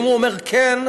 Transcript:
אם הוא אומר כן,